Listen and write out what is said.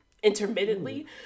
Intermittently